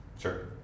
Sure